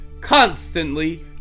constantly